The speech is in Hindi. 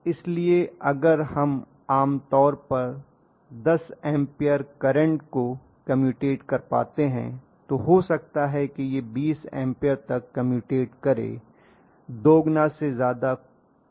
इसलिए अगर हम आमतौर पर 10 एम्पीयर करंट को कम्यूटेट कर पाते हैं तो हो सकता है कि यह 20 एम्पीयर तक कम्यूटेट करे दो गुना से ज्यादा नहीं